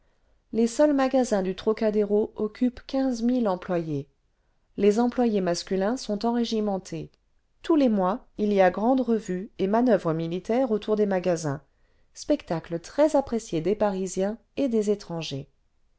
les seuls magasins du trocadéro occupent quinze mille employés ou employées les employés masculins sont enrégimentés tous les mois il y a grande revue et manoeuvres militaires autour des magasins spectacle très apprécié des parisiens et des étrangers